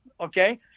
Okay